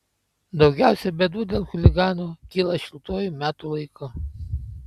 daugiausiai bėdų dėl chuliganų kyla šiltuoju metų laiku